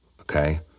Okay